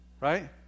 Right